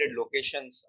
locations